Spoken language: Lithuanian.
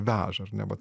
veža ar ne va